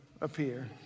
appear